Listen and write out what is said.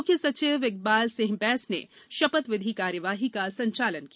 मुख्य सचिव श्री इकबाल सिंह बैंस ने शपथ विधि कार्यवाही का संचालन किया